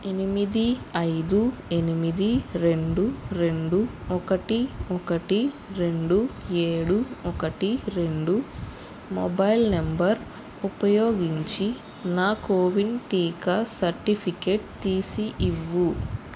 ఎనిమిది ఐదు ఎనిమిది రెండు రెండు ఒకటి ఒకటి రెండు ఏడు ఒకటి రెండు మొబైల్ నంబర్ ఉపయోగించి నా కోవిన్ టీకా సర్టిఫికేట్ తీసి ఇవ్వు